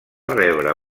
rebre